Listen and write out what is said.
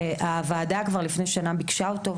הוועדה כבר לפני שנה ביקשה אותו,